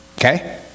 Okay